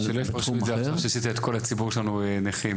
שלא יפרשו את זה עכשיו שכל הציבור שלנו נכים.